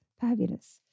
Fabulous